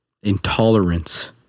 intolerance